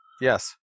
Yes